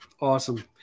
awesome